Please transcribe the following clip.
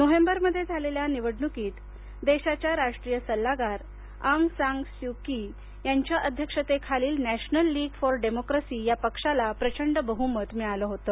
नोव्हेंबरमध्ये झालेल्या निवडणुकीत देशाच्या राष्ट्रीय सल्लागार आंग सान स्यु की यांच्या अध्यक्षतेखालील नॅशनल लीग फॉर डेमोक्रसी या पक्षाला प्रचंड बहुमत मिळाले होते